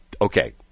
Okay